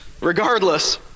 regardless